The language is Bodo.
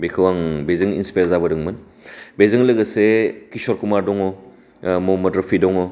बे आं बेजों इनस्पाइयार जाबोदोंमोन बेजों गोलोसे किशोर कुमार दं दा ममतार शीथि दं